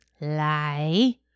Lie